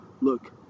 look